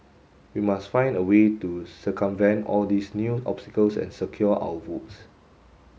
we must find a way to circumvent all these new obstacles and secure our votes